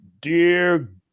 dear